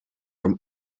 from